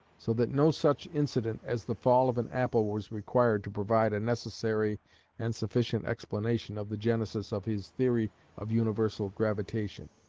so that no such incident as the fall of an apple was required to provide a necessary and sufficient explanation of the genesis of his theory of universal gravitation.